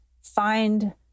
find